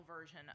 version